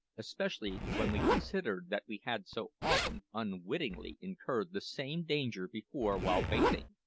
especially when we considered that we had so often unwittingly incurred the same danger before while bathing.